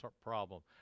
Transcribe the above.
problem